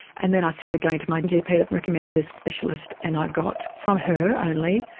and then i started going to my gp that recommended this specialist and i got, from her only,